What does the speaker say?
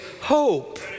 hope